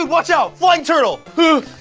watch out! flying turtle.